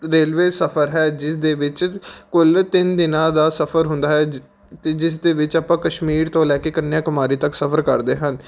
railway ਸਫਰ ਹੈ ਜਿਸ ਦੇ ਵਿੱਚ ਕੁੱਲ ਤਿੰਨ ਦਿਨਾਂ ਦਾ ਸਫ਼ਰ ਹੁੰਦਾ ਹੈ ਜ ਅਤੇ ਜਿਸ ਦੇ ਵਿੱਚ ਆਪਾਂ ਕਸ਼ਮੀਰ ਤੋਂ ਲੈ ਕੇ ਕੰਨਿਆ ਕੁਮਾਰੀ ਤੱਕ ਸਫਰ ਕਰਦੇ ਹਨ